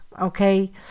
Okay